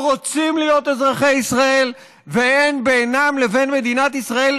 שלא רוצים להיות אזרחי ישראל ושאין בינם לבין מדינת ישראל